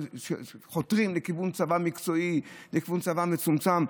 חותרים לכיוון צבא מקצועי, לכיוון צבא מצומצם.